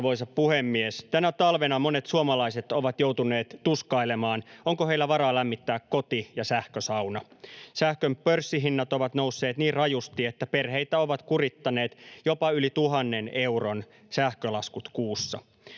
Arvoisa puhemies! Tänä talvena monet suomalaiset ovat joutuneet tuskailemaan, onko heillä varaa lämmittää koti ja sähkösauna. Sähkön pörssihinnat ovat nousseet niin rajusti, että perheitä ovat kurittaneet jopa yli 1 000 euron sähkölaskut kuussa.